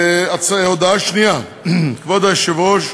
הודעה שנייה: כבוד היושב-ראש,